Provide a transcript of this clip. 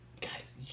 Guys